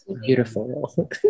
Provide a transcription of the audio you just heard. Beautiful